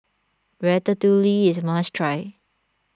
Ratatouille is a must try